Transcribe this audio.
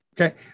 okay